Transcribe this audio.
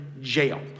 jail